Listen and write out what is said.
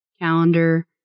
Calendar